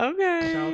Okay